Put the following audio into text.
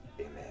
Amen